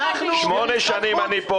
זה לא המגרש שלהם,